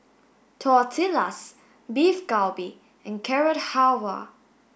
Tortillas Beef Galbi and Carrot Halwa